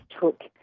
took